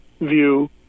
view